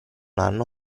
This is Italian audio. hanno